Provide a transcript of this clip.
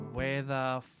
weather